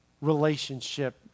relationship